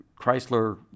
Chrysler